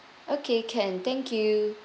okay can thank you